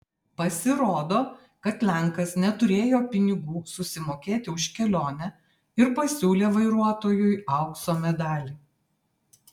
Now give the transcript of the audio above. pasirodo kad lenkas neturėjo pinigų susimokėti už kelionę ir pasiūlė vairuotojui aukso medalį